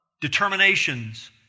determinations